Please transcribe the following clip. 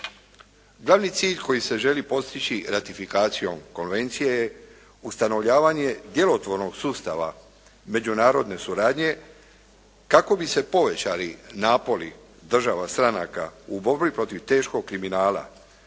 Glavni cilj koji se želi postići ratifikacijom konvencije je ustanovljavanje djelotvornog sustava međunarodne suradnje kako bi se povećali napori država stranaka u borbi protiv teškog kriminala